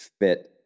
fit